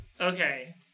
Okay